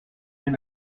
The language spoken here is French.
eus